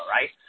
right